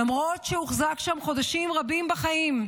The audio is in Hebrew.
למרות שהוחזק שם חודשים רבים בחיים,